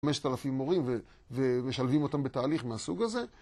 5,000 מורים, ומשלבים אותם בתהליך מהסוג הזה.